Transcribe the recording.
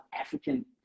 african